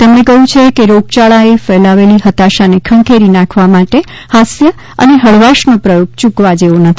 તેમણે કહ્યું છે કે રોગયાળા એ ફેલાવેલી હતાશાને ખંખેરી નાંખવા માટે હાસ્ય અને હળવાશનો પ્રથોગ ચૂકવા જેવો નથી